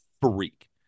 freak